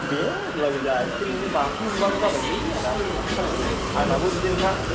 दे होम्ब्लाबो जा एसे मोनो बाथोन मोनबाबो जाबायलै आदा माथो खालायबावनो आंनाबो बिदिनोखा